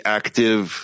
active